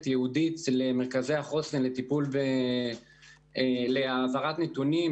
ייעודית למרכזי החוסן לשם העברת נתונים,